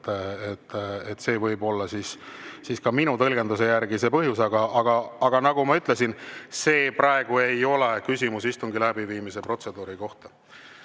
See võib olla minu tõlgenduse järgi see põhjus. Aga nagu ma ütlesin, see ei ole küsimus istungi läbiviimise protseduuri kohta.